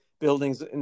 buildings